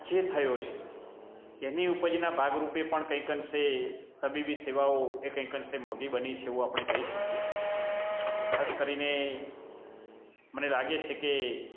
જે થયો છે એની ઉપર એના ભાગ રૂપે પણ કંઈક અંશે તબીબી સેવાઓ એ કંઈક અંશે મોંઘી બની છે એવું આપણે કહી શકીએ ખાસ કરીને મને લાગે છે કે